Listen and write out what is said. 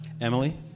Emily